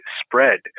spread